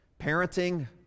parenting